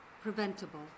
preventable